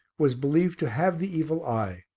was believed to have the evil eye,